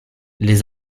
les